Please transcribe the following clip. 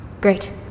Great